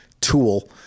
Tool